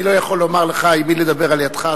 אני לא יכול לומר לך עם מי לדבר על-ידך.